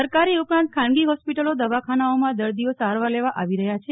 સરકારી ઉપરાંત ખાનગી ફોસ્પિટલો દવાખાનાઓમાં દર્દીઓ સારવાર લેવા આવી રહ્યા છે